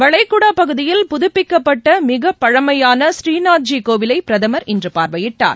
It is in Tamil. வளைகுடா பகுதியில் புதுப்பிக்கப்பட்ட மிகப்பழமையான புரீநாத்ஜி கோவிலை பிரதமர் இன்று பார்வையிட்டார்